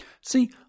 See